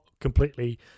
completely